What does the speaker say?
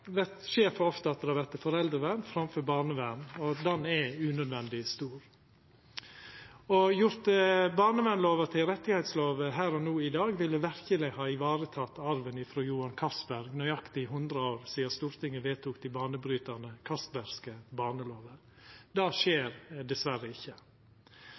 skjer at det vert foreldrevern framfor barnevern, og den er unødvendig stor. Å få gjort barnevernlova til ei rettslov her og no i dag ville verkeleg ha vareteke arven frå Johan Castberg – det er nøyaktig 100 år sidan Stortinget vedtok dei banebrytande Castbergske barnelover. Det skjer dessverre ikkje.